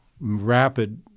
Rapid